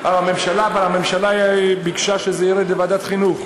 אבל הממשלה ביקשה שזה ירד לוועדת חינוך.